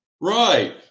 Right